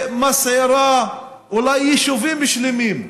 שמסעירה אולי יישובים שלמים,